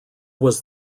was